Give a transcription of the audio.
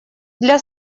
для